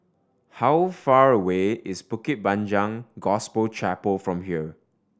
how far away is Bukit Panjang Gospel Chapel from here